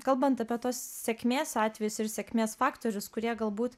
kalbant apie tuos sėkmės atvejus ir sėkmės faktorius kurie galbūt